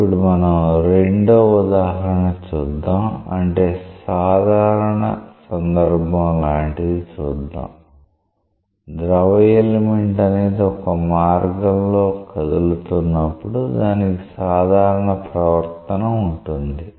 ఇప్పుడు మనం రెండవ ఉదాహరణ చూద్దాం అంటే సాధారణ సందర్భం లాంటిది చూద్దాం ద్రవ ఎలిమెంట్ అనేది ఒక మార్గంలో కదులుతున్నప్పుడు దానికి సాధారణ ప్రవర్తన ఉంటుంది